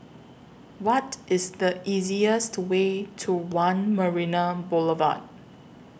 What IS The easiest Way to one Marina Boulevard